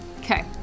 Okay